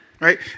Right